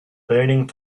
burning